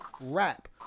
rap